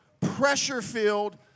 pressure-filled